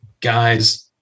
Guys